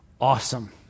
awesome